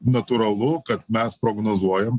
natūralu kad mes prognozuojam